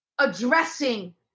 addressing